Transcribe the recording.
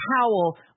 Howell